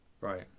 Right